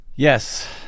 Yes